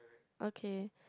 okay